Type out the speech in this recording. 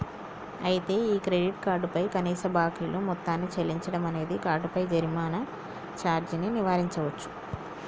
అయితే ఈ credit card పై కనీస బాకీలు మొత్తాన్ని చెల్లించడం అనేది కార్డుపై జరిమానా సార్జీని నివారించవచ్చు